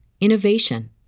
innovation